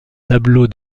tableau